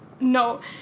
no